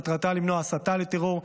מטרתה למנוע הסתה לטרור,